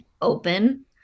open